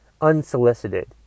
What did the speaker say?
unsolicited